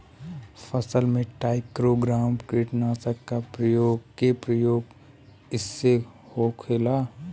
फसल पे trichogramma कीटनाशक के प्रयोग कइसे होखेला?